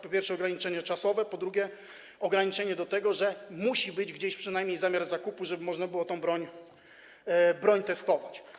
Po pierwsze, jest ograniczenie czasowe, po drugie, ograniczenie, że musi być gdzieś przynajmniej zamiar zakupu, żeby można było tę broń testować.